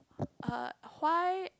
uh why